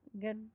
good